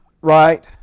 right